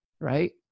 right